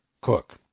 Cook